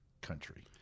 country